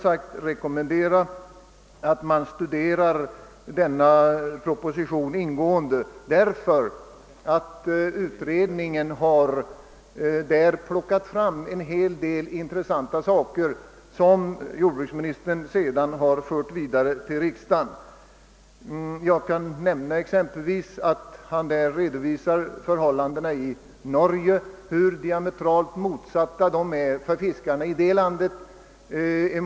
Jag vill rekommendera ett ingående studium av denna proposition, ty utredningen har där plockat fram en hel del intressanta saker som jordbruksministern sedan har fört vidare till riksdagen. Jordbruksministern redovisar där hurusom förhållandena för fiskarna i Norge är diametralt motsatta förhållandena för fiskarna i vårt land.